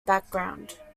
background